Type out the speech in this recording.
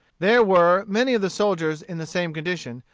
there were many of the soldiers in the same condition,